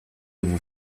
vous